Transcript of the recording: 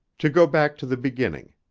to go back to the beginning.